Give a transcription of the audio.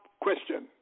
question